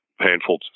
painful